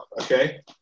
okay